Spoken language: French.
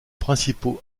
principaux